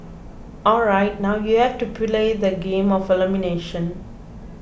alright now you have to play the game of elimination